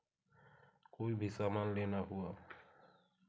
कोई भी सामान लेना हुआ